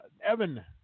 Evan